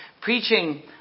Preaching